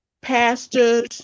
pastors